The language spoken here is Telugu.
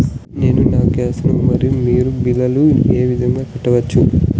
నేను నా గ్యాస్, మరియు నీరు బిల్లులను ఏ విధంగా కట్టొచ్చు?